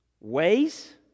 ways